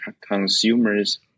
consumers